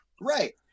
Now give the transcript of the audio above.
Right